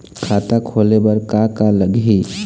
खाता खोले बर का का लगही?